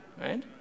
Right